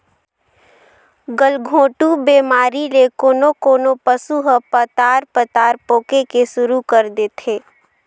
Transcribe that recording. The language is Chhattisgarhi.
गलघोंटू बेमारी ले कोनों कोनों पसु ह पतार पतार पोके के सुरु कर देथे